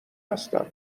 هستم